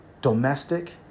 domestic